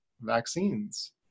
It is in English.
vaccines